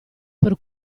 per